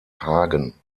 hagen